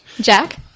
Jack